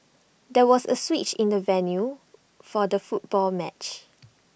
there was A switch in the venue for the football match